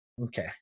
okay